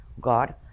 God